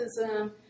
autism